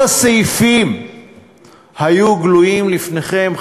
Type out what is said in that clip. כל הסעיפים היו גלויים לפניכם,